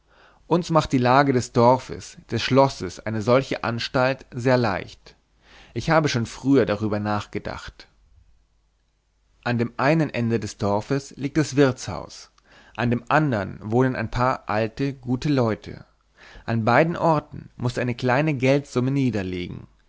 uns macht die lage des dorfes des schlosses eine solche anstalt sehr leicht ich habe schon früher darüber nachgedacht an dem einen ende des dorfes liegt das wirtshaus an dem andern wohnen ein paar alte gute leute an beiden orten mußt du eine kleine geldsumme niederlegen